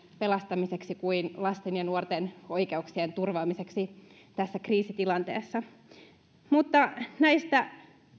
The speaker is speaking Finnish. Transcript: pelastamiseksi kuin lasten ja nuorten oikeuksien turvaamiseksi tässä kriisitilanteessa näistä